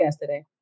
today